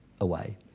away